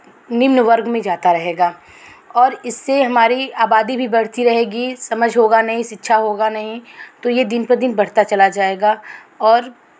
निम्न वर्ग में जाता रहेगा और इससे हमारी आबादी भी बढ़ती रहेगी समझ होगा नहीं शिक्षा होगा नहीं तो ये दिन पर दिन बढ़ता चला जाएगा और